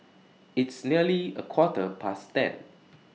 its nearly A Quarter Past ten